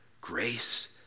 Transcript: grace